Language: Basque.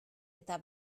eta